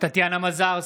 טטיאנה מזרסקי,